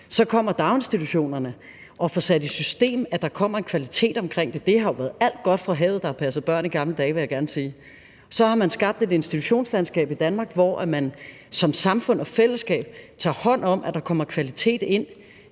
Så kommer daginstitutionerne og får sat i system, at der kommer en kvalitet omkring det. Det har jo været alt godt fra havet, der har passet børn i gamle dage, vil jeg gerne sige. Men så har man skabt et institutionslandskab i Danmark, hvor man som samfund og fællesskab tager hånd om, at der kommer kvalitet ind